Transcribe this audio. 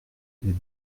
des